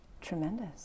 tremendous